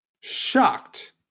Shocked